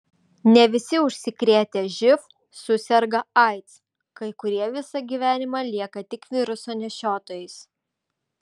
ne visi užsikrėtę živ suserga aids kai kurie visą gyvenimą lieka tik viruso nešiotojais